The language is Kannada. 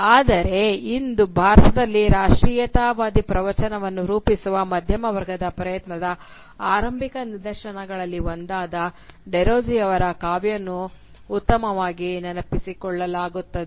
ಆದರೆ ಇಂದು ಭಾರತದಲ್ಲಿ ರಾಷ್ಟ್ರೀಯತಾವಾದಿ ಪ್ರವಚನವನ್ನು ರೂಪಿಸುವ ಮಧ್ಯಮ ವರ್ಗದ ಪ್ರಯತ್ನದ ಆರಂಭಿಕ ನಿದರ್ಶನಗಳಲ್ಲಿ ಒಂದಾದ ಡೆರೊಜಿಯೊ ಅವರ ಕಾವ್ಯವನ್ನು ಉತ್ತಮವಾಗಿ ನೆನಪಿಸಿಕೊಳ್ಳಲಾಗುತ್ತದೆ